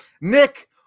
Nick